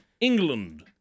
England